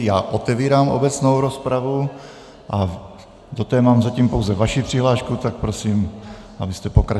Já otevírám obecnou rozpravu a do té mám zatím pouze vaši přihlášku, tak prosím, abyste pokračoval.